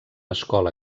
escola